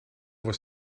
was